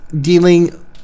dealing